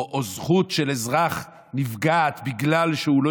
שזכות של אזרח נפגעת בגלל שהוא לא